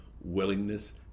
willingness